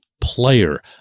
player